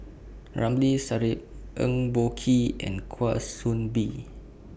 Ramli Sarip Eng Boh Kee and Kwa Soon Bee